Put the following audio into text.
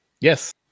Yes